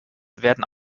werden